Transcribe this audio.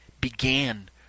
began